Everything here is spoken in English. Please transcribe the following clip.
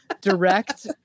direct